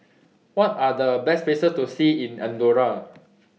What Are The Best Places to See in Andorra